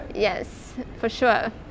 yes for sure